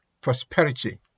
prosperity